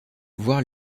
voir